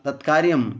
तत् कार्यं